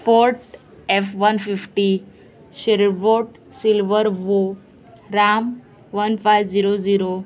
Ford F one fifty शिरवोट silver वो राम वन फायव झिरो झिरो